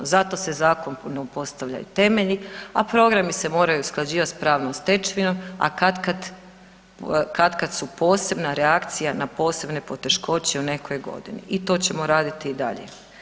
Zato se zakon … postavljaju temelji, a programi se moraju usklađivati sa pravnom stečevinom, a katkad su posebna reakcija na posebne poteškoće u nekoj godini i to ćemo raditi i dalje.